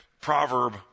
proverb